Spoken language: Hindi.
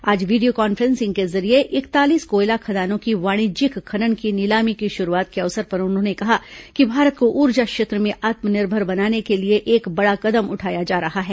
आज वीडियो क ॉन्फ्रेंस के जरिए इकतालीस कोयला खदानों की वाणिज्यिक खनन की नीलामी की शुरूआत के अवसर पर उन्होंने कहा कि भारत को ऊर्जा क्षेत्र में आत्मनिर्भर बनाने के लिए एक बड़ा कदम उठाया जा रहा है